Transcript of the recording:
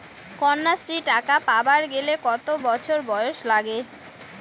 কন্যাশ্রী টাকা পাবার গেলে কতো বছর বয়স লাগে?